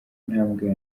ntambwe